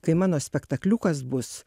kai mano spektakliukas bus